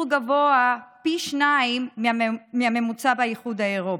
גבוה פי שניים מהממוצע באיחוד האירופי.